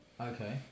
Okay